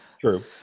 True